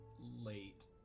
late